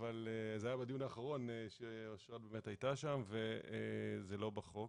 היה בדיון האחרון שאשרת הייתה שם וזה לא בחוק